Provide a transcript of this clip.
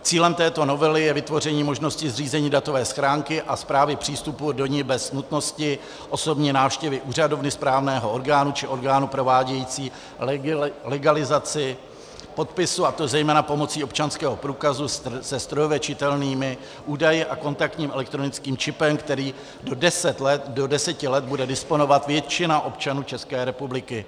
Cílem této novely je vytvoření možnosti zřízení datové schránky a správy přístupu do ní bez nutnosti osobní návštěvy úřadu, správního orgánu či orgánů provádějících legalizaci podpisu, a to zejména pomocí občanského průkazu se strojově čitelnými údaji a kontaktním elektronickým čipem, kterým do deseti let bude disponovat většina občanů České republiky.